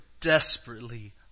desperately